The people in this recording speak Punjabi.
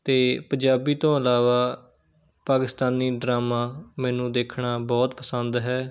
ਅਤੇ ਪੰਜਾਬੀ ਤੋਂ ਇਲਾਵਾ ਪਾਕਿਸਤਾਨੀ ਡਰਾਮਾ ਮੈਨੂੰ ਦੇਖਣਾ ਬਹੁਤ ਪਸੰਦ ਹੈ